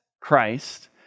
Christ